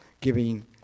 giving